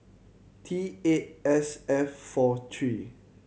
T eight S F four three